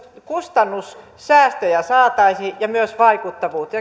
kustannussäästöjä saataisiin ja myös vaikuttavuutta